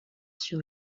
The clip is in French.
sur